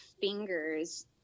fingers